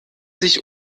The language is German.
sich